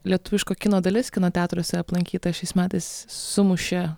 lietuviško kino dalis kino teatruose aplankyta šiais metais sumušė